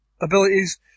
abilities